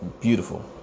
beautiful